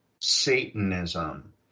Satanism